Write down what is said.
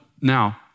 now